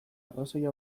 arrazoia